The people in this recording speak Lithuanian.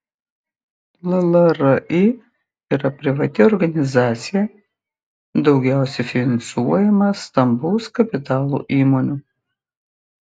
llri yra privati organizacija daugiausiai finansuojama stambaus kapitalo įmonių